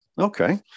Okay